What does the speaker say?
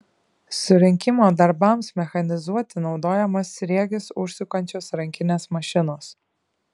surinkimo darbams mechanizuoti naudojamos sriegius užsukančios rankinės mašinos